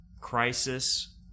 crisis